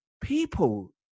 people